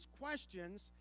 questions